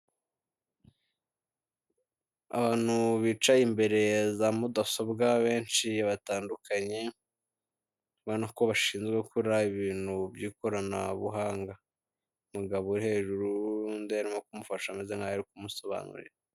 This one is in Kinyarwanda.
Abantu bicaye imbere za mudasobwa, benshi, batandutanye, ubona ko bashinzwe gukora ibintu by'ikoranabuhanga. Umugabo uri hejuru y'uwundi arimo kumufasha, ameze nk'aho ari kumusobanurira.